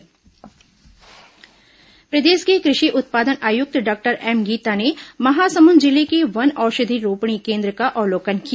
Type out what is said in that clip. कृषि आयुक्त अवलोकन प्रदेश की कृषि उत्पादन आयुक्त डॉक्टर एम गीता ने महासमुंद जिले के वन औषधि रोपणी केन्द्र का अवलोकन किया